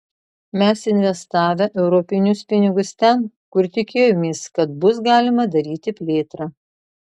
mes investavę europinius pinigus ten kur tikėjomės kad bus galima daryti plėtrą